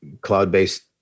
cloud-based